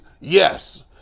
Yes